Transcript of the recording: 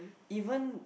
even